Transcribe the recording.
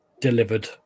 delivered